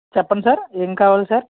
చెప్పండి సార్ ఏం కావాలి సార్